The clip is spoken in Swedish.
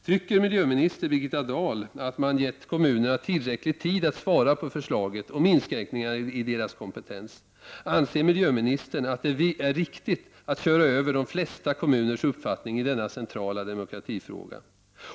Tycker miljöminister Birgitta Dahl att man har gett kommunerna tillräcklig tid att svara när det gäller förslaget om inskränkningar i deras kompetens? Anser miljöministern att det är riktigt att köra över de flesta kommuners uppfattning i denna centrala demokratifråga?